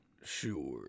Sure